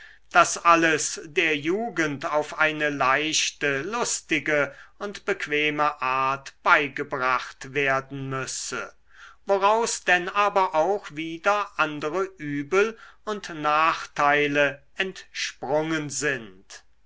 daß alles der jugend auf eine leichte lustige und bequeme art beigebracht werden müsse woraus denn aber auch wieder andere übel und nachteile entsprungen sind